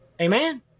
Amen